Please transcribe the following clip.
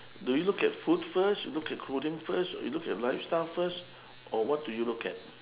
do you look at food first you look at clothing first you look at lifestyle first or what do you look at